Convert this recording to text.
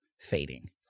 fading